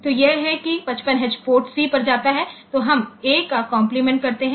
तो यह है कि 55H पोर्ट C पर जाता है तो हम A का कॉम्प्लीमेंटकरते हैं